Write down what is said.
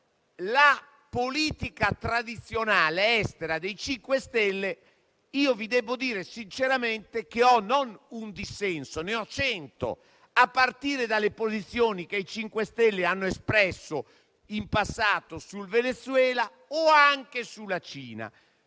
la politica estera tradizionale dei 5 Stelle, vi devo dire sinceramente che ho non un dissenso, ma cento, a partire dalle posizioni che i 5 Stelle hanno espresso in passato sul Venezuela o anche sulla Cina.